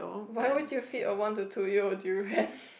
why would you feed a one to two year old durian